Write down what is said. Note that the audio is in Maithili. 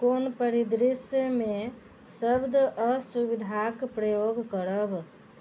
कोन परिदृश्यमे शब्द असुविधाक प्रयोग करब